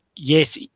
Yes